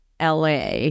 LA